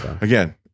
Again